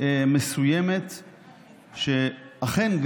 מסוימת ואכן,